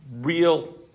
real